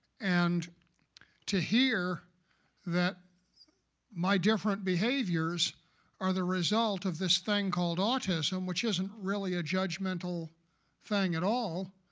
and to hear that my different behaviors are the result of this thing called autism which isn't really a judgmental thing at all,